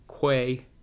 quay